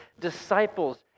disciples